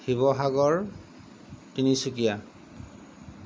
Sivasagar Tinsukia